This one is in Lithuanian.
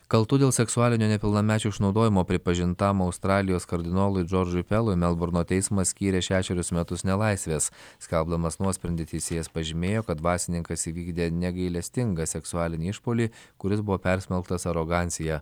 kaltų dėl seksualinio nepilnamečių išnaudojimo pripažintam australijos kardinolui džordžui pelui melburno teismas skyrė šešerius metus nelaisvės skelbdamas nuosprendį teisėjas pažymėjo kad dvasininkas įvykdė negailestingą seksualinį išpuolį kuris buvo persmelktas arogancija